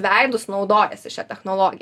veidus naudojasi šia technologija